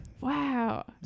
Wow